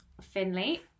Finley